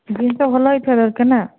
ଜିନିଷ ଭଲ ହେଇଥିବା ଦରକାର ନା